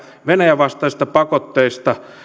venäjän vastaisista pakotteista